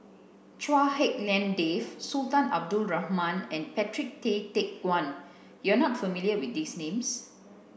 Chua Hak Lien Dave Sultan Abdul Rahman and Patrick Tay Teck Guan you are not familiar with these names